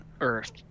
Earth